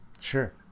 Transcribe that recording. Sure